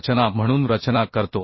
रचना म्हणून रचना करतो